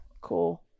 Cool